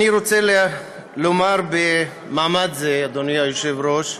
אנו רוצה לומר במעמד זה, אדוני היושב-ראש,